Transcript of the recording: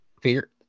Fear